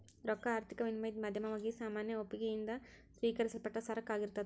ರೊಕ್ಕಾ ಆರ್ಥಿಕ ವಿನಿಮಯದ್ ಮಾಧ್ಯಮವಾಗಿ ಸಾಮಾನ್ಯ ಒಪ್ಪಿಗಿ ಯಿಂದ ಸ್ವೇಕರಿಸಲ್ಪಟ್ಟ ಸರಕ ಆಗಿರ್ತದ್